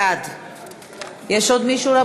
בעד עוד מישהו?